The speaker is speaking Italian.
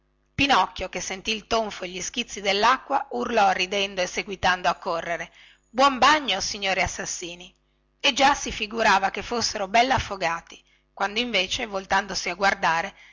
pinocchio che sentì il tonfo e gli schizzi dellacqua urlò ridendo e seguitando a correre buon bagno signori assassini e già si figurava che fossero belle affogati quando invece voltandosi a guardare